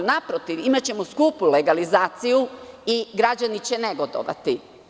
Naprotiv, imaćemo skupu legalizaciju i građani će negodovati.